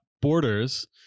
borders